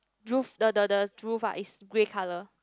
roof the the the roof ah is grey colour